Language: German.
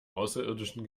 außerirdischen